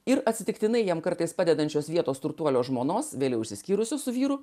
ir atsitiktinai jiems kartais padedančios vietos turtuolio žmonos vėliau išsiskyrusių vyrų